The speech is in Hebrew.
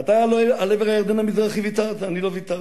אתה על עבר הירדן המזרחי ויתרת, אני לא ויתרתי.